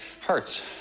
hurts